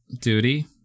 duty